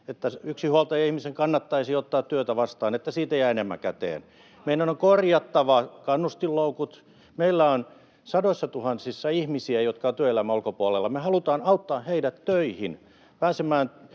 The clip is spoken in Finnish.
että yksinhuoltajaihmisen kannattaisi ottaa työtä vastaan, että siitä jää enemmän käteen. Meidän on korjattava kannustinloukut. Meillä on sadoissatuhansissa ihmisiä, jotka ovat työelämän ulkopuolella. Me halutaan auttaa heidät töihin, pääsemään